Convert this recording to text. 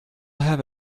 have